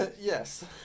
yes